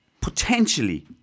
potentially